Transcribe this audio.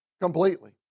completely